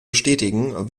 bestätigen